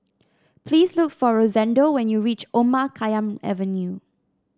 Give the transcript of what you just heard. please look for Rosendo when you reach Omar Khayyam Avenue